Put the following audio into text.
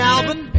Alvin